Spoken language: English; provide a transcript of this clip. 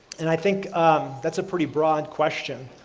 and i think that's a pretty broad question.